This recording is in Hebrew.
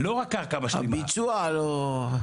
הביצוע לא,